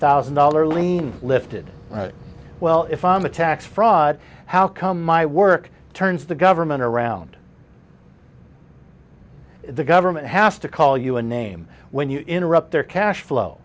thousand dollar lien lifted well if i'm a tax fraud how come i work turns the government around the government has to call you a name when you interrupt their cash flow